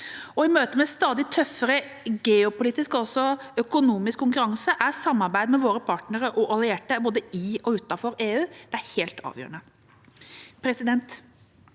I møtet med stadig tøffere geopolitisk og økonomisk konkurranse er samarbeid med våre partnere og allierte både i og utenfor EU helt avgjørende.